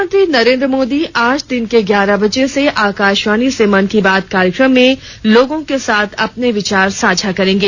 प्रधानमंत्री नरेंद्र मोदी आज दिन के ग्यारह बजे आकाशवाणी से मन की बात कार्यक्रम में लोगों के साथ अपने विचार साझा करेंगे